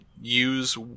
use